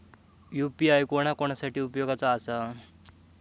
UPI कोणा कोणा साठी उपयोगाचा आसा?